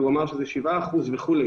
שהוא אמר שזה 7%, וכו'.